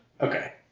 Okay